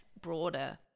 broader